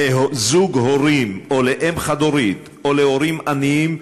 לזוג הורים או לאם חד-הורית או להורים עניים,